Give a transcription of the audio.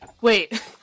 Wait